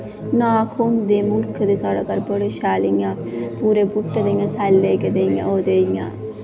नाख होंदे मुल्खे दे साढ़ै घर शैल इ'यां बड़े बूह्टे न ओह्दे सैल्ले गेदे इ'यां